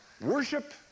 worship